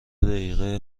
دقیقه